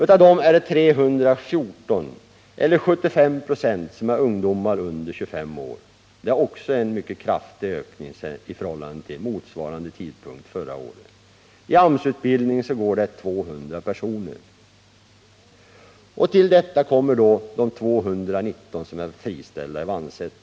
Av dem är 314, eller 75 25, ungdomar under 25 år. Det är också en mycket kraftig ökning i förhållande till antalet vid motsvarande tid förra året. 200 personer går i AMS-utbildning. Till detta kommer då de 219 friställda i Vannsäter.